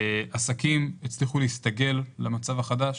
עסקים הצליחו להסתגל למצב החדש,